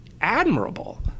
admirable